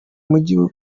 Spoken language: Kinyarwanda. mujyi